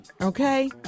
Okay